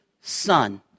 son